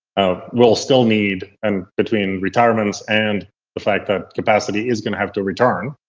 um we'll still need and between retirement and the fact that capacity is going to have to return,